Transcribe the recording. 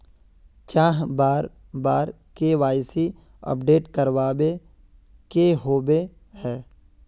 चाँह बार बार के.वाई.सी अपडेट करावे के होबे है?